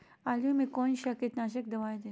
आलू में कौन सा कीटनाशक दवाएं दे?